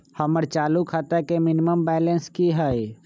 हमर चालू खाता के मिनिमम बैलेंस कि हई?